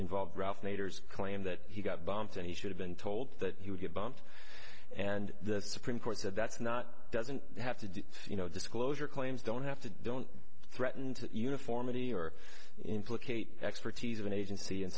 involved ralph nader's claim that he got bumped and he should have been told that he would get bumped and the supreme court said that's not doesn't have to do you know disclosure claims don't have to don't threaten to uniformity or implicate expertise of an agency and